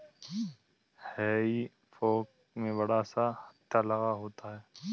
हेई फोक में बड़ा सा हत्था लगा होता है